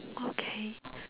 okay